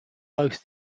both